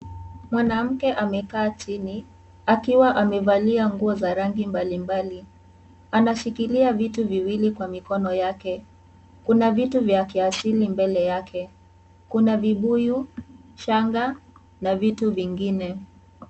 Mwanamke amekaa chini akiwa amevalia nguo za rangi mbali mbali anashikilia vitu viwili kwa mikono yake kuna vitu vya kiasili mbele yake kuna vibuyu, shanga na vitu vingine.